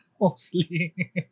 Mostly